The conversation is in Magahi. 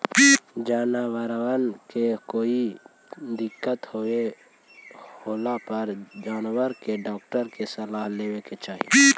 जनबरबन के कोई तरह के दिक्कत होला पर जानबर के डाक्टर के सलाह लेबे के चाहि